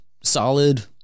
solid